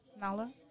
Nala